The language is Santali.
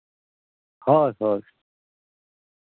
ᱦᱳᱭ ᱦᱳᱭ